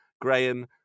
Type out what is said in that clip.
graham